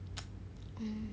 mm